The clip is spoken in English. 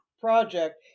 Project